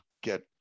get